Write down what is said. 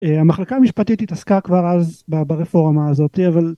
המחלקה המשפטית התעסקה כבר אז ברפורמה הזאתי אבל.